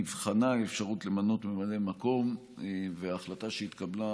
נבחנה האפשרות למנות ממלא מקום, וההחלטה שהתקבלה,